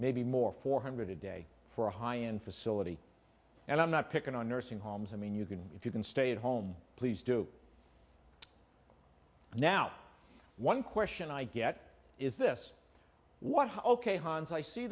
maybe more four hundred a day for a high end facility and i'm not picking on nursing homes i mean you can if you can stay at home please do now one question i get is this was ok